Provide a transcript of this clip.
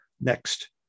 Next